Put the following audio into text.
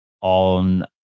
on